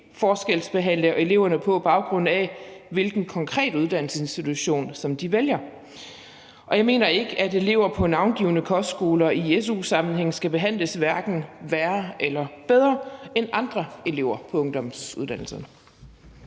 forskelsbehandler eleverne, på baggrund af hvilken konkret uddannelsesinstitution de vælger. Og jeg mener ikke, at elever på navngivne kostskoler i su-sammenhæng skal behandles hverken værre eller bedre end andre elever på ungdomsuddannelserne.